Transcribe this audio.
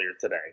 today